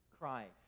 Christ